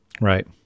right